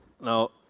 Now